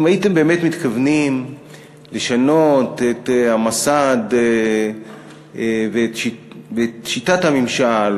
אם הייתם באמת מתכוונים לשנות את המסד ואת שיטת הממשל,